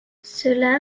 cela